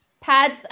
Pads